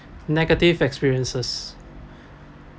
negative experiences